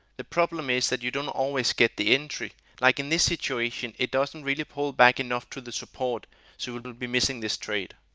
the problem is that you don't always get the entry. like in this situation it does not really pull back enough to the support so you will be missing this trade.